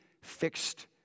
fixed